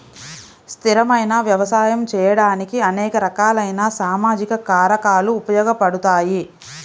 స్థిరమైన వ్యవసాయం చేయడానికి అనేక రకాలైన సామాజిక కారకాలు ఉపయోగపడతాయి